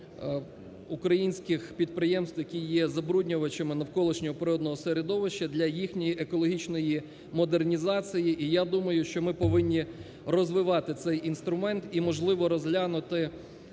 українських підприємств, які є забруднювачами навколишнього природного середовища для їхньої екологічної модернізації. І я думаю, що ми повинні розвивати цей інструмент і, можливо, розглянути